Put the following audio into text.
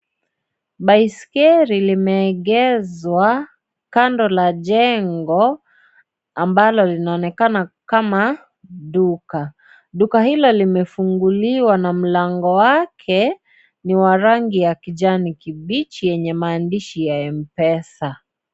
Baiskeli limeegeshwa kando la jengo ambalo linaonekana kama duka. Duka hilo, limefunguliwa na mlango wake ni wa rangi ya kijani kibichi, yenye maandishi ya Mpesa.